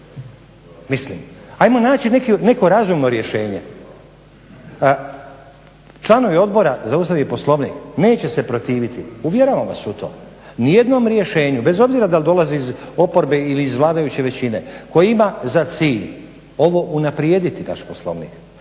Mislim. Ajmo naći neko razumno rješenje. Članovi Odbora za Ustav i Poslovnik neće se protiviti, uvjeravam vas u to, niti jednom rješenju, bez obzira da li dolazi iz oporbe ili iz vladajuće većine koji ima za cilj ovo unaprijediti naš Poslovnik.